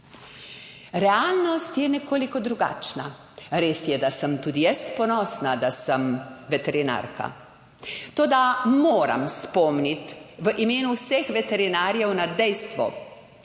Realnost je nekoliko drugačna. Res je, da sem tudi jaz ponosna, da sem veterinarka, toda moram spomniti v imenu vseh veterinarjev na dejstvo,